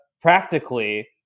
practically